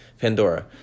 Pandora